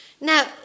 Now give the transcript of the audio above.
Now